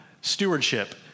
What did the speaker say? stewardship